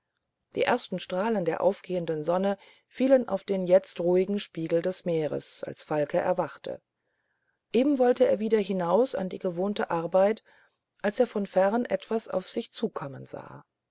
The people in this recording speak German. die ersten strahlen der aufgehenden sonne fielen auf den jetzt ruhigen spiegel des meeres als falke erwachte eben wollte er wieder hinaus an die gewohnte arbeit als er von ferne etwas auf sich zukommen sah